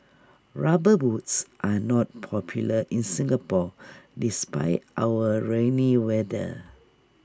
rubber boots are not popular in Singapore despite our rainy weather